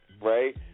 right